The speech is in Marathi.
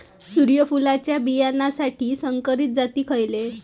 सूर्यफुलाच्या बियानासाठी संकरित जाती खयले?